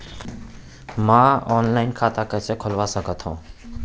मैं ऑनलाइन खाता कइसे खुलवा सकत हव?